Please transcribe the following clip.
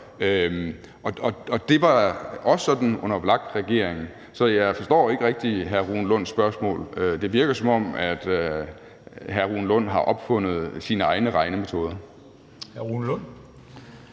Det var også sådan under VLAK-regeringen, så jeg forstår ikke rigtig hr. Rune Lunds spørgsmål. Det virker, som om hr. Rune Lund har opfundet sine egne regnemetoder.